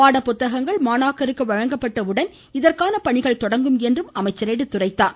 பாட புத்தகங்கள் மாணாக்கருக்கு வழங்கப்பட்ட உடன் இதற்கான பணிகள் தொடங்கும் என குறிப்பிட்டார்